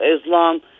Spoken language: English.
Islam